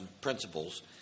principles